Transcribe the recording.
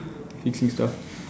fixing stuff